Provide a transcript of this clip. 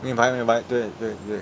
明白明白对对对